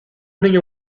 niño